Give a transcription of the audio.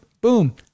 Boom